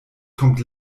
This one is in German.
kommt